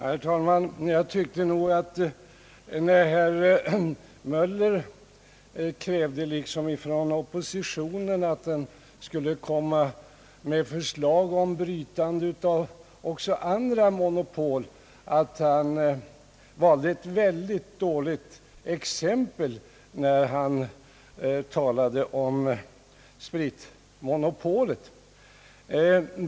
Herr talman! Jag tycker nog att när herr Möller liksom krävde att oppositionen skulle komma med förslag om brytande av också andra monopol valde han ett mycket dåligt exempel, när han talade om spritmonopolet.